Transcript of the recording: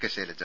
K Shailaja